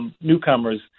newcomers